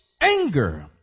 Anger